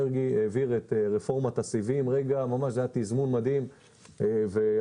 מרגי העביר את רפורמת הסיבים בתזמון מדהים והחוק